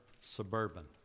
suburban